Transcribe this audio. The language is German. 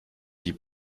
die